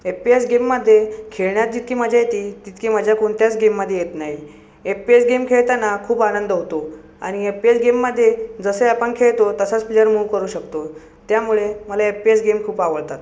apps गेममध्ये खेळण्यात जितकी मजा येते तितकी मजा कोणत्याच गेममध्ये येत नाही एप्पीएस गेम खेळताना खूप आनंद होतो आणि एप्पीएस गेममध्ये जसे आपण खेळतो तसंच प्लेअर मूव करू शकतो त्यामुळे मला एप्पीएस गेम खूप आवडतात